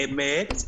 אמת.